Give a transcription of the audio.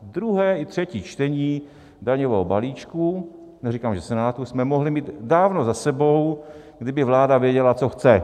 Druhé i třetí čtení daňového balíčku, neříkám, že Senátu, jsme mohli mít dávno za sebou, kdyby vláda věděla, co chce.